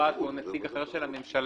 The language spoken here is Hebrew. את או נציג אחר של הממשלה,